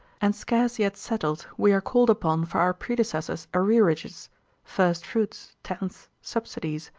and scarce yet settled, we are called upon for our predecessor's arrearages first-fruits, tenths, subsidies,